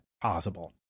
possible